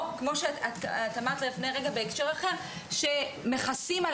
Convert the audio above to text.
או כמו שאמרת לפני רגע בהקשר אחר שמכסים על